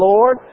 Lord